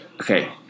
Okay